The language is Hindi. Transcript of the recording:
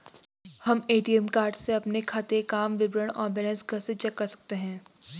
हम ए.टी.एम कार्ड से अपने खाते काम विवरण और बैलेंस कैसे चेक कर सकते हैं?